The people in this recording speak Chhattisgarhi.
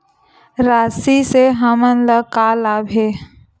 राशि से हमन ला का लाभ हे?